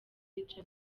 yica